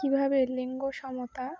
কীভাবে লিঙ্গ সমতা